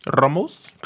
Ramos